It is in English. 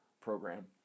program